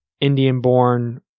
Indian-born